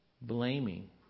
blaming